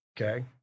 Okay